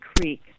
Creek